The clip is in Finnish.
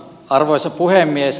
arvoisa puhemies